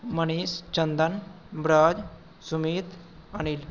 Manish Chandan Braj Sumit Anil